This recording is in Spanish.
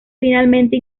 finalmente